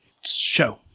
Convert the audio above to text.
show